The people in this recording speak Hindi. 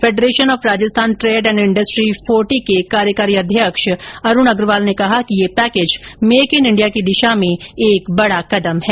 federation of Rajasthan trade and industry FORTI के कार्यकारी अध्यक्ष अरूण अग्रवाल ने कहा कि यह पैकेज मैक इन इंडिया की दिशा में एक बडा कदम है